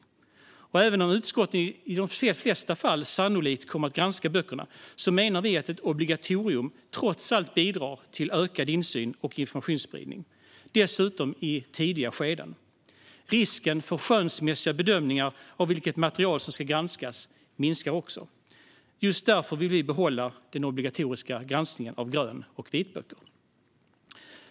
EU-arbetet i riksdagen Även om utskotten i de flesta fall sannolikt kommer att granska böckerna menar vi att ett obligatorium trots allt bidrar till ökad insyn och informationsspridning, dessutom i tidiga skeden. Risken för skönsmässiga bedömningar av vilket material som ska granskas minskar också. Därför vill vi behålla den obligatoriska granskningen av grön och vitböcker.